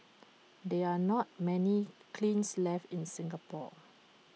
there are not many kilns left in Singapore